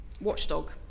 watchdog